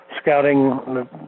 scouting